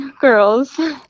girls